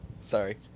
Sorry